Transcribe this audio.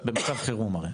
את במצב חירום הרי,